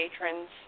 patrons